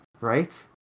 right